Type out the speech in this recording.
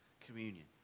communion